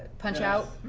punch out,